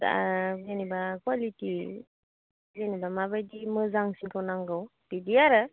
दा जेनेबा कुवालिटि जेनेबा माबायदि मोजांसिनखौ नांगौ बिदि आरो